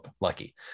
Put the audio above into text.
lucky